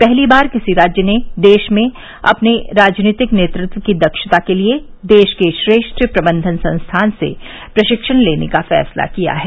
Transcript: पहली बार किसी राज्य ने देश में अपने राजनीतिक नेतृत्व की दक्षता के लिये देश के श्रेष्ठ प्रबंधन संस्थान से प्रशिक्षण लेने का फैसला किया है